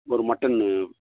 ஒரு மட்டனு